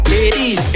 Ladies